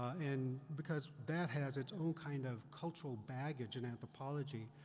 and because, that has its own kind of cultural baggage in anthropology.